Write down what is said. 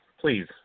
please